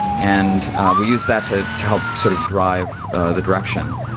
and we use that to help sort of drive the direction.